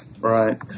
Right